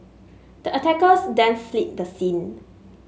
the attackers then fled the scene